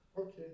okay